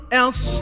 else